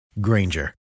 Granger